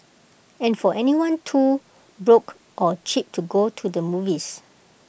and for anyone too broke or cheap to go to the movies